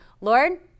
Lord